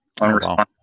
unresponsive